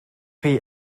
chi